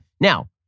now